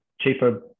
cheaper